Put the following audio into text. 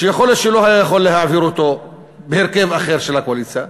שיכול להיות שהוא לא היה יכול להעביר אותו בהרכב אחר של הקואליציה.